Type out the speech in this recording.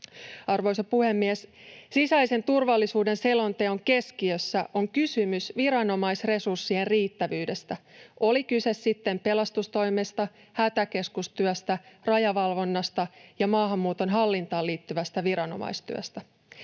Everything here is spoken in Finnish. Arvoisa puhemies! Sisäisen turvallisuuden selonteon keskiössä on kysymys viranomaisresurssien riittävyydestä, oli sitten kyse pelastustoimesta, hätäkeskustyöstä, rajavalvonnasta tai maahanmuuton hallintaan liittyvästä viranomaistyöstä.